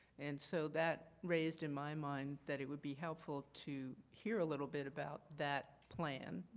and so that raised in my mind that it would be helpful to hear a little bit about that plan,